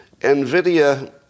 Nvidia